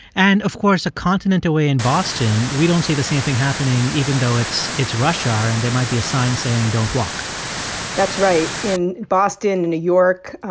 and, of course, a continent away in boston, we don't see the same thing happening, even though it's it's rush hour, and there might be a sign saying don't walk that's right. in boston and new york,